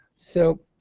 so